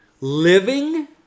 living